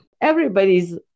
Everybody's